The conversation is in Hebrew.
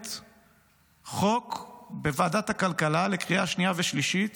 מקדמת חוק בוועדת הכלכלה לקריאה שנייה ושלישית